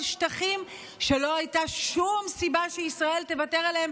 על שטחים שלא הייתה שום סיבה שישראל תוותר עליהם,